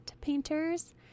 painters